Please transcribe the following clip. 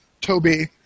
Toby